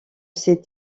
ces